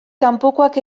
kanpokoak